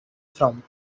from